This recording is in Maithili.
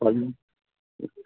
सरजी देखिऔ